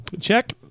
Check